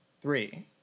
three